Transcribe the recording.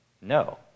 No